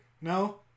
No